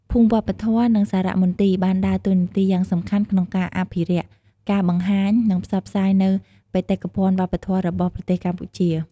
ភូមិវប្បធម៌ និងសារមន្ទីរបានដើរតួនាទីយ៉ាងសំខាន់ក្នុងការអភិរក្ស ការបង្ហាញ និងផ្សព្វផ្សាយនូវបេតិកភណ្ឌវប្បធម៌របស់ប្រទេសកម្ពុជា។